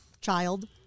child